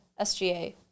SGA